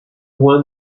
want